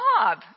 job